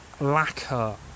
lacquer